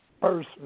first